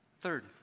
Third